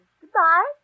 Goodbye